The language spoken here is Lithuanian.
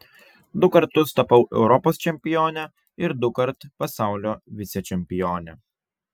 du kartus tapau europos čempione ir dukart pasaulio vicečempione